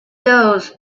those